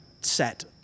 set